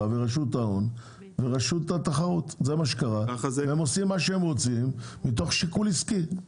ורשות התחרות ועושות מה שהן רוצות מתוך שיקול עסקי.